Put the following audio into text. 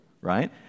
right